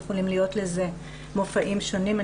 יכולים להיות לזה מופעים שונים.